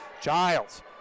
Giles